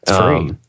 Free